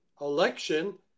election